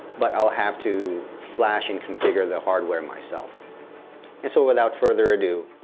but i'll have to flash and configure the hardware myself. and so without further adieu,